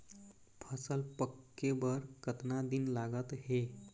फसल पक्के बर कतना दिन लागत हे?